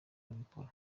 babikora